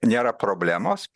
nėra problemos